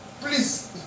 Please